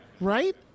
right